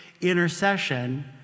intercession